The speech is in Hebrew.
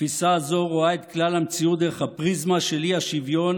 התפיסה הזאת רואה את כלל המציאות דרך הפריזמה של האי-שוויון